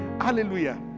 Hallelujah